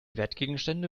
wertgegenstände